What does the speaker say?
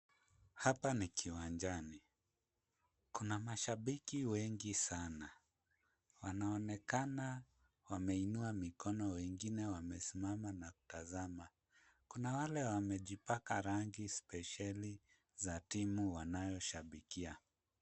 Hapa ni kiwanjani. Kuna mashabiki wengi sana. Wanaonekana wameinua mikono wengine wamesimama na kutazama. Kuna wale wamejipaka rangi spesheli za timu wanayoshabikia.